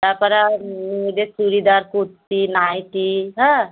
তার পরে যে চুড়িদার কুর্তি নাইটি হ্যাঁ